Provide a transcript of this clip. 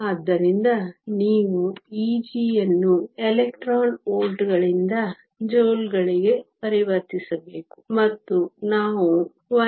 ಆದ್ದರಿಂದ ನೀವು Eg ನ್ನು ಎಲೆಕ್ಟ್ರಾನ್ ವೋಲ್ಟ್ಗಳಿಂದ ಜೂಲ್ಗಳಿಗೆ ಪರಿವರ್ತಿಸಬೇಕು ಮತ್ತು ನಾವು 1